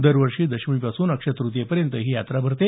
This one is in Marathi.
दरवर्षी दशमीपासून अक्षय तृतीया पयंत ही यात्रा भरते